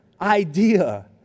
idea